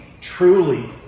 truly